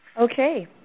Okay